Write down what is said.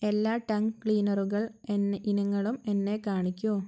എല്ലാ ടംഗ് ക്ലീനറുകൾ എന്ന ഇനങ്ങളും എന്നെ കാണിക്കൂ